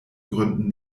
gründen